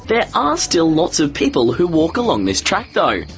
there are still lots of people who walk along this track though,